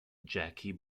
jackie